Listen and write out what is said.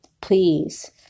please